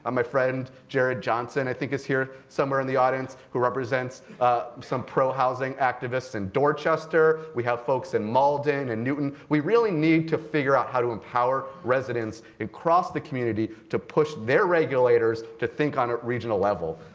um my friend jared johnson i think is here somewhere in the audience who represents some pro-housing activists in dorchester. we have folks in malden and newton. we really need to figure out how to empower residents across the community to push their regulators to think on a regional level.